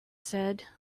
said